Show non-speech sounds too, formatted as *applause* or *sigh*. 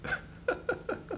*laughs*